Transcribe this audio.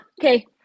Okay